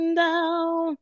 down